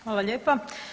Hvala lijepa.